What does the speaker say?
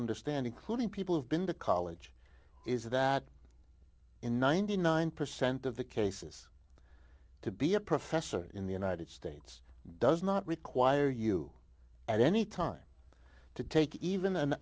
understand including people who've been to college is that in ninety nine percent of the cases to be a professor in the united states does not require you at any time to take even an